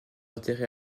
enterré